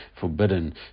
forbidden